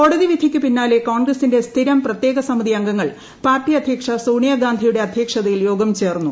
കോടതി വിധിക്കു പിന്നാലെ കോൺഗ്രസിന്റെ സ്ഥിരം പ്രത്യേക സമിതി അംഗങ്ങൾ പാർട്ടി അധ്യക്ഷ് സ്പോണിയാഗാന്ധിയുടെ അധ്യക്ഷതയിൽ യോഗം ചേർന്നു